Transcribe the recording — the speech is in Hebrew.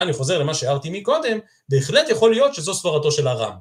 אני חוזר למה שהערתי מקודם, בהחלט יכול להיות שזו סברתו של הרם.